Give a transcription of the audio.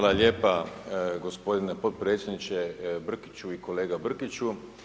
Hvala lijepa gospodine potpredsjedniče Brkiću i kolega Brkiću.